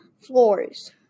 floors